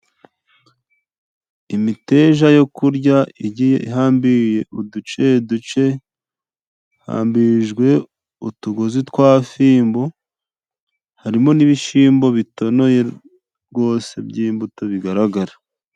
Imiteja yo kurya igiye ihambiriye uduce duke, ihambirijwe utugozi twa fimbo. Hari mo n'ibishimbo bitonoye rwose by'imbuto bigaragara.